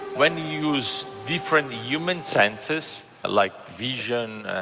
when you use different human senses like vision,